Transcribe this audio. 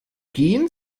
gehn